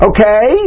Okay